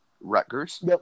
Rutgers